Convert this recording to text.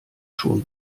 schon